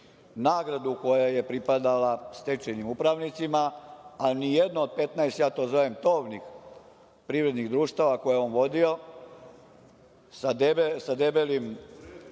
koja je pripadala stečajnim upravnicima, a ni jedna od 15, ja to zovem tovnih privrednih društava, koja je on vodio sa debelom